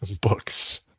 books